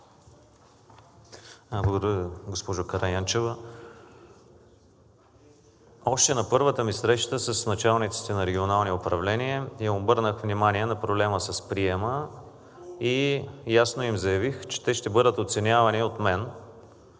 Благодаря, госпожо Караянчева. Още на първата ми среща с началниците на регионални управления им обърнах внимание на проблема с приема и ясно им заявих, че те ще бъдат оценявани от мен.